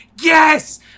Yes